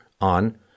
on